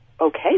Okay